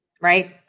right